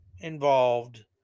involved